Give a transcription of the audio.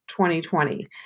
2020